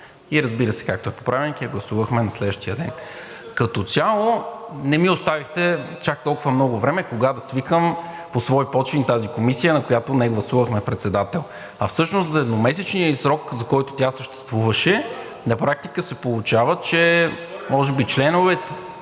и разбира се, както е по Правилник, я гласувахме на следващия ден. Като цяло не ми оставихте чак толкова много време кога да свикам по свой почин тази комисия, на която не гласувахме председател, а всъщност за едномесечния ѝ срок, за който тя съществуваше, на практика се получава, че може би членовете